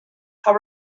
how